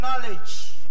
knowledge